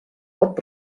pot